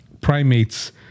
primates